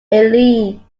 eileen